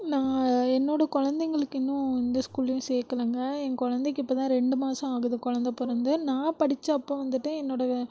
நான் என்னோட குழந்தைங்களுக்கு இன்னும் எந்த ஸ்கூலேயும் சேர்க்கலங்க என் குழந்தைக்கு இப்போதான் ரெண்டு மாதம் ஆகுது குழந்த பிறந்து நான் படித்தப்ப வந்துட்டு என்னுடைய